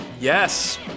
Yes